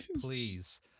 please